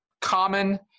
common